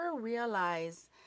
realize